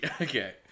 okay